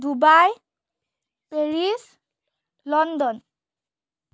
Dubai Paris London